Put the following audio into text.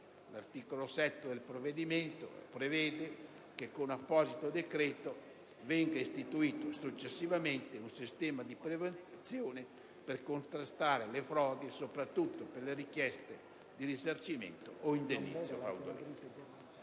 l'articolo 7 del provvedimento prevede che con apposito decreto venga istituito successivamente un sistema di prevenzione per contrastare le frodi soprattutto per le richieste di risarcimento o indennizzo